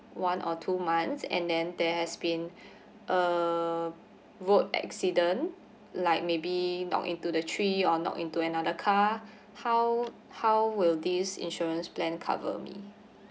one or two months and then there has been uh road accident like maybe knock into the tree or knock into another car how how will this insurance plan cover me